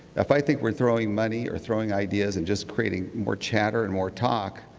if i think we are throwing money or throwing ideas and just creating more chatter and more talk,